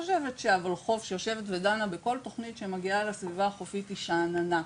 וחוף שהיא יושבת ודנה בכל תוכנית שמגיעה לסביבה החופית היא שאננה.